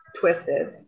twisted